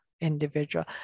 individual